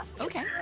Okay